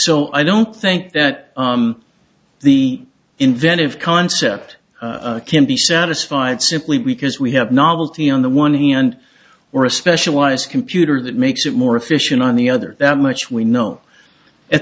so i don't think that the inventive concept can be satisfied simply because we have novelty on the one hand or a specialized computer that makes it more efficient on the other that much we know at